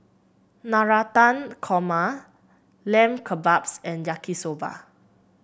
Navratan Korma Lamb Kebabs and Yaki Soba